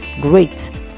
great